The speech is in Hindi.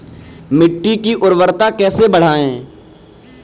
मिट्टी की उर्वरता कैसे बढ़ाएँ?